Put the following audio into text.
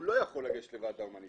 הוא לא יכול לגשת לוועד ההומניטרית,